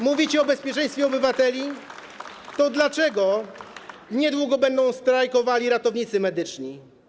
Mówicie o bezpieczeństwie obywateli - to dlaczego niedługo będą strajkowali ratownicy medyczni?